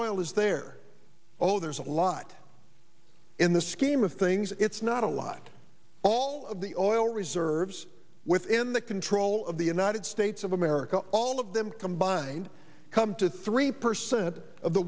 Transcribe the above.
oil is there oh there's a lot in the scheme of things it's not a lot all of the oil reserves within the control of the united states of america all of them combined come to three percent